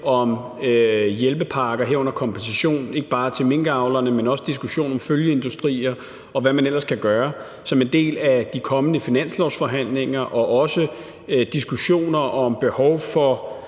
om hjælpepakker, herunder ikke bare en kompensation til minkavlerne, men også en diskussion om følgeindustrier, og hvad man ellers kan gøre som en del af de kommende finanslovsforhandlinger, og også diskussioner om et behov for